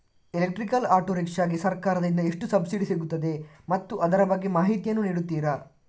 Electrical auto rickshaw ಗೆ ಸರ್ಕಾರ ದಿಂದ ಎಷ್ಟು ಸಬ್ಸಿಡಿ ಸಿಗುತ್ತದೆ ಮತ್ತು ಅದರ ಬಗ್ಗೆ ಮಾಹಿತಿ ಯನ್ನು ನೀಡುತೀರಾ?